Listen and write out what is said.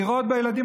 לראות בילדים,